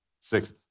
six